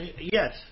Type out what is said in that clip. Yes